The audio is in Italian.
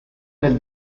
del